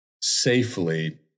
safely